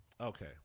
Okay